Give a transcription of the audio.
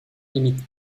limite